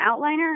outliner